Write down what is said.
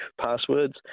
passwords